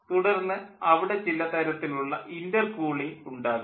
തുടർന്ന് അവിടെ ചില തരത്തിലുള്ള ഇൻ്റർകൂളിംഗ് ഉണ്ടാകും